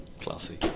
Classy